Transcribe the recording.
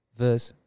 verse